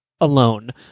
alone